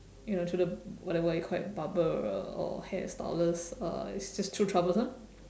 you know to the whatever you call it barber or or hair stylist uh is just too troublesome